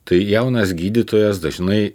tai jaunas gydytojas dažnai